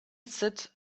sit